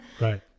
Right